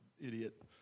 idiot